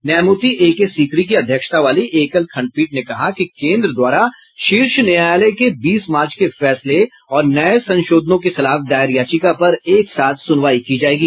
न्यायमूर्ति ए के सीकरी की अध्यक्षता वाली एकल खंडपीठ ने कहा कि केन्द्र द्वारा शीर्ष न्यायालय के बीस मार्च के फैसले और नये संशोधनों के खिलाफ दायर याचिका पर एक साथ सुनवाई की जायेगी